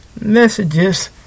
messages